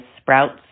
sprouts